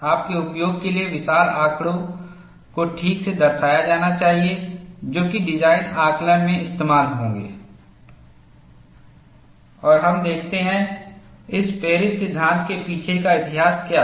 आपके उपयोग के लिए विशाल आंकड़े को ठीक से दर्शाया जाना चाहिए जो की डिजाइन आकलन में इस्तेमाल होंगे और हम देखते हैं इस पेरिस सिद्धांत के पीछे का इतिहास क्या था